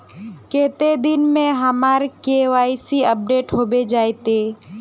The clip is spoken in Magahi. कते दिन में हमर के.वाई.सी अपडेट होबे जयते?